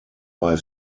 bei